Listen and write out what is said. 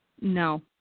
No